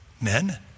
men